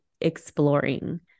exploring